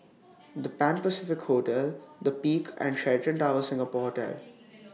The Pan Pacific Hotel The Peak and Sheraton Towers Singapore Hotel